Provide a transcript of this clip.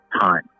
time